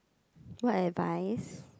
what advice